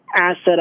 asset